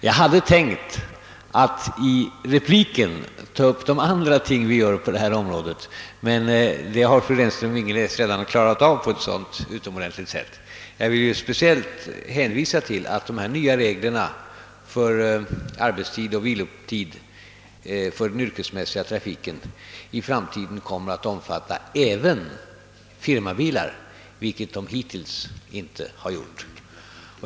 Jag hade tänkt att i repliken beröra de andra ting vi gör på detta område, men det har fru Renström-Ingenäs redan klarat av på ett utomordentligt sätt. Jag vill nu bara erinra om att de nya reglerna om arbetsoch vilotid för förare i yrkesmässig trafik kommer att omfatta även firmabilar, vilket hittills inte varit fallet.